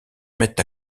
mettent